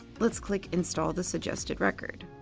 let's click install the suggested record.